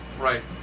right